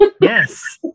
Yes